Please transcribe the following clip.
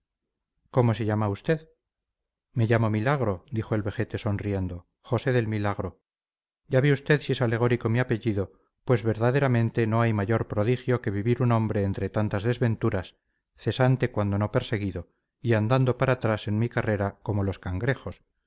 cómo se llama usted me llamo milagro dijo el vejete sonriendo josé del milagro ya ve usted si es alegórico mi apellido pues verdaderamente no hay mayor prodigio que vivir un hombre entre tantas desventuras cesante cuando no perseguido y andando para atrás en mi carrera como los cangrejos